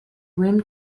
rim